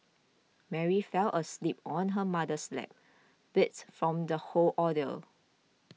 Mary fell asleep on her mother's lap beats from the whole ordeal